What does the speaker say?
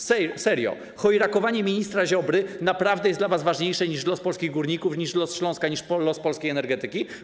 Serio, chojrakowanie ministra Ziobry naprawdę jest dla was ważniejsze niż los polskich górników, niż los Śląska, niż los polskiej energetyki?